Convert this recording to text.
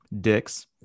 dicks